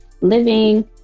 living